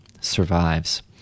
survives